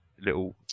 little